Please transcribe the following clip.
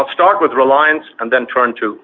i'll start with reliance and then trying to